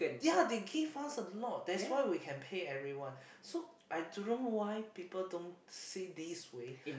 ya they give us a lot that's why we can pay everyone so I don't know why people don't see this way